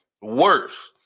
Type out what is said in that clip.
worse